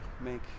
make